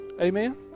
Amen